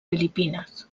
filipines